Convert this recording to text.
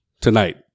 tonight